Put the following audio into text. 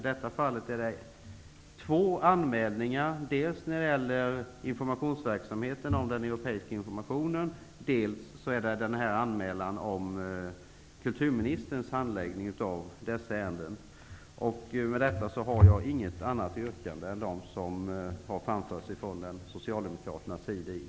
I detta fall är det två anmälningar -- dels om informationsverksamheten beträffande den europeiska unionen, dels kulturministerns handläggning av dessa ärenden -- som inte finns med. I och med detta har jag inget annat yrkande än de som har framförts ifrån socialdemokraternas sida i KU.